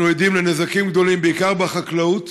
אנחנו עדים לנזקים גדולים, בעיקר לחקלאות.